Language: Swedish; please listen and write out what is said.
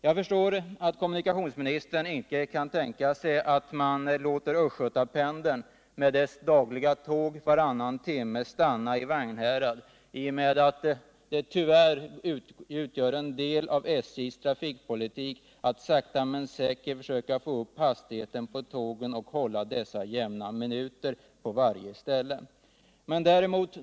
Jag förstår att kommunikationsministern inte kan tänka sig att man låter Östgötapendeln med dess dagliga tåg varannan timme stanna i Vagnhärad, eftersom det tyvärr utgör en del av SJ:s trafikpolitik att sakta men säkert försöka få upp hastigheten på tågen och låta dem hålla jämna minuter på varje ställe.